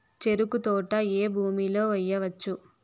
చెరుకు తోట ఏ భూమిలో వేయవచ్చు?